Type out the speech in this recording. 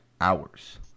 hours